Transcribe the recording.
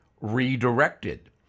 redirected